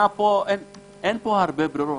אין פה הרבה ברירות.